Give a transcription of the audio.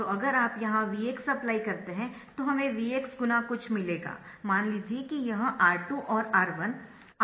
तो अगर आप यहां Vx अप्लाई करते है तो हमें Vx गुना कुछ मिलेगा मान लीजिए कि यह R2 और R1 R2R1 R2 है